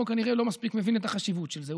כנראה לא מספיק מבין את החשיבות של זה,